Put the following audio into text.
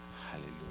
Hallelujah